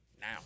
now